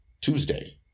Tuesday